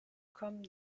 come